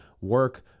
work